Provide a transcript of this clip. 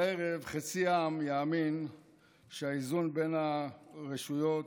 והערב חצי העם יאמין שהאיזון בין הרשויות